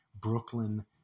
Brooklyn